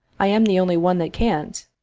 i am the only one that can't.